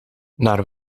naar